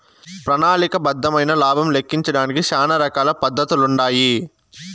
ప్రణాళిక బద్దమైన లాబం లెక్కించడానికి శానా రకాల పద్దతులుండాయి